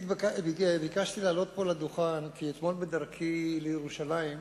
ביקשתי לעלות לדוכן כי אתמול, בדרכי לירושלים,